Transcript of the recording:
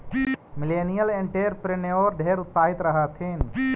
millennial entrepreneur ढेर उत्साहित रह हथिन